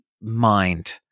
mind